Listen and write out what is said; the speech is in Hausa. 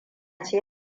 ce